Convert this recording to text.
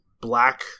black